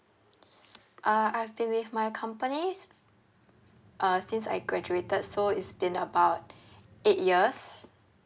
uh I've been with my company s~ uh since I graduated so it's been about eight years